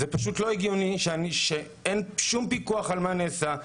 זה פשוט לא הגיוני שאין שום פיקוח על מה שנעשה.